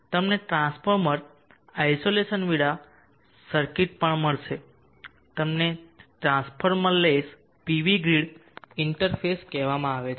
તમને transformer isolation વિના circuits પણ મળશે તેમને ટ્રાન્સફોર્મરલેસ પીવી ગ્રીડ ઇન્ટરફેસ કહેવામાં આવે છે